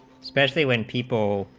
specially when people